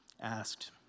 asked